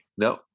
no